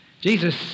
Jesus